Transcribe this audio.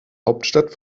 hauptstadt